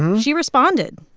she responded.